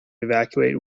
evacuate